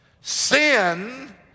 Sin